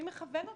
מי מכוון אותה,